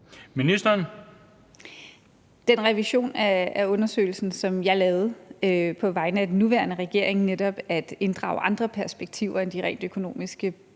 Mogensen): Den revision af undersøgelsen, som jeg lavede på vegne af den nuværende regering, og som netop gik ud på at inddrage andre perspektiver end de rent økonomiske,